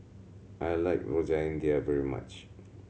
I like Rojak India very much